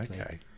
okay